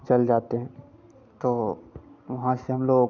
चल जाते हैं तो वहाँ से हम लोग